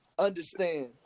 understand